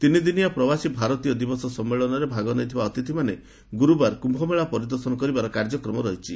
ତିନିଦିନିଆ ପ୍ରବାସୀ ଭାରତୀୟ ଦିବସ ସମ୍ମେଳନରେ ଭାଗ ନେଇଥିବା ଅତିଥିମାନେ ଗୁରୁବାର କ୍ରୁମେଳା ପରିଦର୍ଶନ କରିବାର କାର୍ଯ୍ୟକ୍ରମ ରହିଛି